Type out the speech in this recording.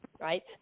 right